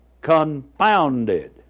confounded